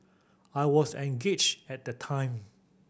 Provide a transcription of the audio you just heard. I was engaged at that time